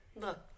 Look